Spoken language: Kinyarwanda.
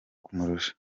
kumurusha